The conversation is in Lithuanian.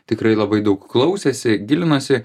tikrai labai daug klausėsi gilinosi